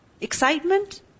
Excitement